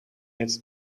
its